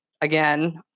again